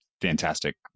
fantastic